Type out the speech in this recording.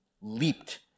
leaped